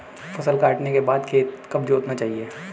फसल काटने के बाद खेत कब जोतना चाहिये?